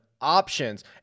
options